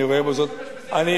אני רואה בזאת מחמאה.